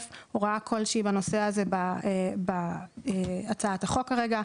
הוראה כלשהי בנושא הזה בהצעת החוק כרגע.